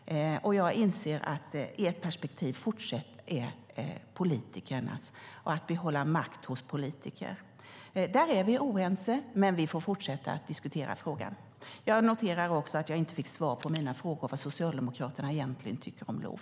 Jag inser att ert perspektiv fortsatt är politikernas och att behålla makt hos politiker. Där är vi oense, men vi får fortsätta att diskutera frågan. Jag noterar också att jag inte fick svar på mina frågor när det gäller vad Socialdemokraterna egentligen tycker om LOV.